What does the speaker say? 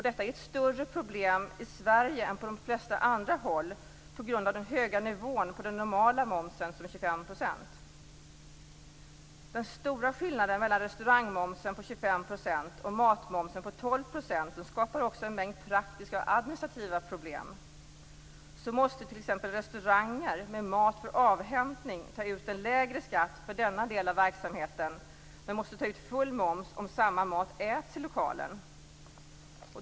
Detta är ett större problem i Sverige än på de flesta andra håll på grund av den höga nivån på den normala momsen, som är 25 %. Den stora skillnaden mellan restaurangmomsen på 25 % och matmomsen på 12 % skapar också en mängd praktiska och administrativa problem. Så måste t.ex. restauranger med mat för avhämtning ta ut en lägre skatt för denna del av verksamheten, men måste ta ut full moms om samma mat äts i lokalen.